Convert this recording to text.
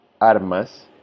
Armas